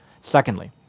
Secondly